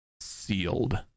sealed